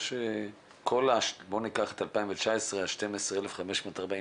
בוא ניקח את 2019, ה-12,549,